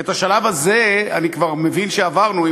את השלב הזה אני כבר מבין שעברנו,